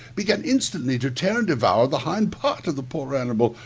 began instantly to tear and devour the hind-part of the poor animal,